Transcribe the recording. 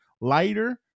lighter